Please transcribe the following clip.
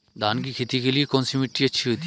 धान की खेती के लिए कौनसी मिट्टी अच्छी होती है?